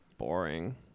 boring